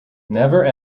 never